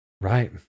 Right